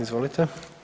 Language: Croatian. Izvolite.